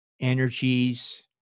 energies